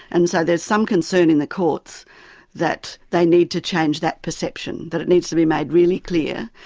and so there is some concern in the courts that they need to change that perception, that it needs to be made really clear,